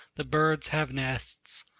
the birds have nests,